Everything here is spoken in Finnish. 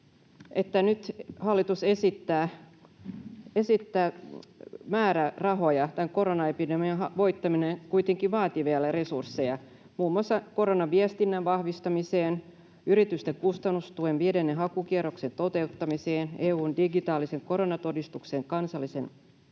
nyt hallitus esittää määrärahoja. Tämän koronaepidemian voittaminen kuitenkin vaatii vielä resursseja muun muassa koronaviestinnän vahvistamiseen, yritysten kustannustuen viidennen hakukierroksen toteuttamiseen, EU:n digitaalisen koronatodistuksen kansalliseen